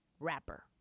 rapper